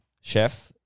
chef